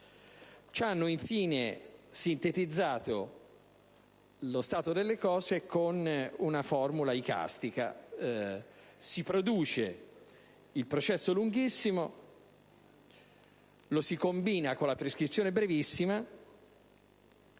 ci hanno infine sintetizzato lo stato delle cose con una formula icastica: si produce il processo lunghissimo, lo si combina con la prescrizione brevissima,